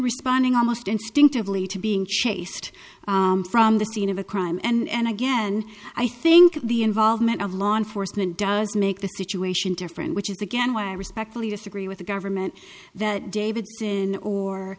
responding almost instinctively to being chased from the scene of a crime and again i think the involvement of law enforcement does make the situation different which is again what i respectfully disagree with the government that david in or